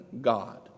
God